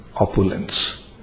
opulence